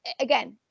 again